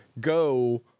go